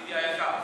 אני איתך.